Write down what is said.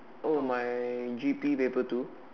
oh my G_P paper two